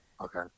Okay